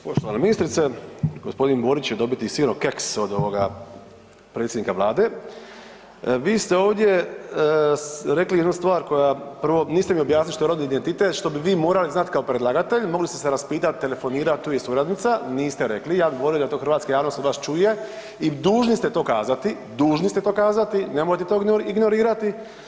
Poštovana ministrice, g. Borić će dobiti sigurno keks od ovoga predsjednika vlade, vi ste ovdje rekli jednu stvar koja prvo niste mi objasnili što je rodni identitet, što bi vi morali znat kao predlagatelj, mogli ste se raspitat, telefonirat, tu je i suradnica, niste rekli, ja bi volio da to hrvatska javnost od vas čuje i dužni ste to kazati, dužni ste to kazati, nemojte to ignorirati.